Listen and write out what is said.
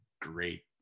great